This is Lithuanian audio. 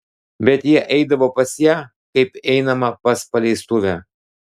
bet jie eidavo pas ją kaip einama pas paleistuvę